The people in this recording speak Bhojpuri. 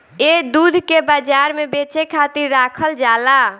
ए दूध के बाजार में बेचे खातिर राखल जाला